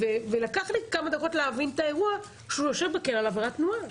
לקח לי כמה דקות להבין שהוא יושב בכלא על עבירת תנועה.